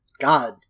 god